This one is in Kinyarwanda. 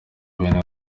bene